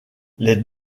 les